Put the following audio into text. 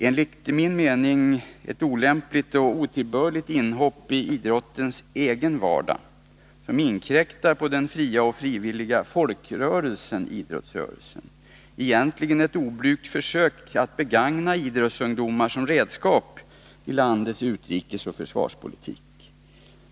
Enligt min mening är det fråga om ett olämpligt och otillbörligt inhopp i idrottens egen vardag, som inkräktar på den fria och frivilliga folkrörelse som idrottsrörelsen är. Egentligen är det ett oblygt försök att begagna idrottsungdomar som redskap i landets utrikesoch försvarspolitik.